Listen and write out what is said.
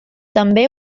també